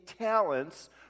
talents